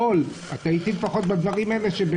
רול, אתה איתי לפחות בדברים האלה?